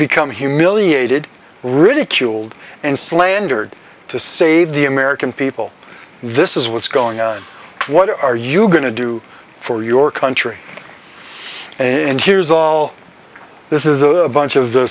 become humiliated ridiculed and slandered to save the american people this is what's going on what are you going to do for your country and here's all this is a bunch of the